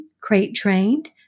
crate-trained